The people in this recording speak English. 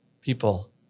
people